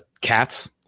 cats